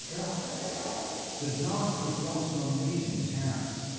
yeah the dogs perform some amazing tasks.